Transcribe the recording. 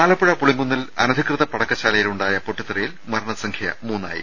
ആലപ്പുഴ പുളിങ്കുന്നിൽ അനധികൃത പടക്കശാലയിലുണ്ടായ പൊട്ടി ത്തെറിയിൽ മരണസംഖ്യ മൂന്നായി